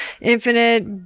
infinite